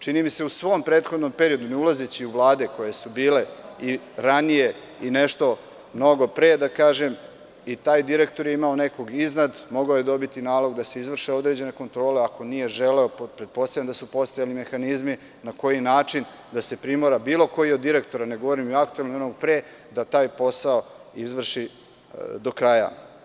Čini mi se u svom prethodnom periodu, ne ulazeći u vlade koje su bile i ranije i nešto mnogo pre, da kažem, i taj direktor je imao nekog iznad, mogao je dobiti nalog da se izvrše određene kontrole, ako nije želeo, pretpostavljam da su postojali mehanizmi na koji način da se primora bilo koji od direktora, ne govorim o aktuelnom i onom pre, da taj posao izvrši do kraja.